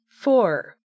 Four